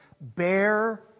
bear